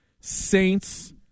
Saints